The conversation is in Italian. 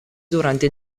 durante